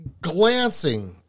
glancing